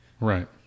Right